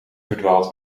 verdwaald